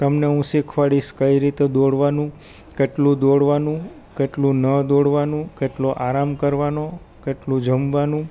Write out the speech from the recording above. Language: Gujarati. તમને હું શીખવાડીસ કઈ રીતે દોડવાનું કેટલું દોડવાનું કેટલું ન દોડવાનું કેટલો આરામ કરવાનો કેટલું જમવાનું